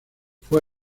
fue